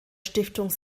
stiftung